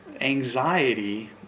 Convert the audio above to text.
anxiety